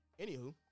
anywho